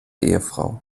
ehefrau